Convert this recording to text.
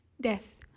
Death